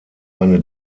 eine